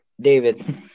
David